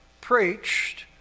preached